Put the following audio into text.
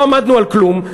לא עמדנו על כלום,